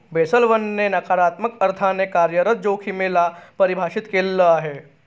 Basel one ने नकारात्मक अर्थाने कार्यरत जोखिमे ला परिभाषित केलं आहे